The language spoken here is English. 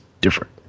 different